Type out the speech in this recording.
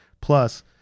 Plus